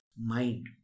mind